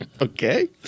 Okay